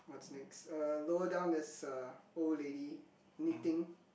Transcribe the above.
what's next uh lower down there is a old lady knitting